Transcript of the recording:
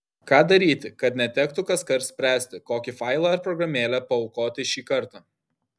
ką daryti kad netektų kaskart spręsti kokį failą ar programėlę paaukoti šį kartą